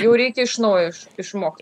jau reikia iš naujo iš išmokt